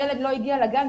שהילד לא הגיע לגן.